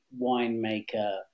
winemaker